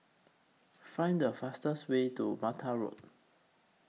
Find The fastest Way to Mata Road